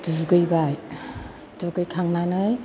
दुगैबाय दुगैखांनानै